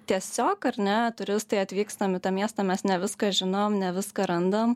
tiesiog ar ne turistai atvykstam į tą miestą mes ne viską žinom ne viską randam